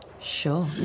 Sure